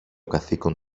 καθήκον